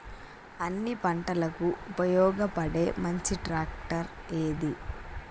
అన్ని పంటలకు ఉపయోగపడే మంచి ట్రాక్టర్ ఏది?